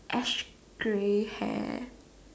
ash grey hair